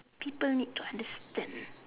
people need to understand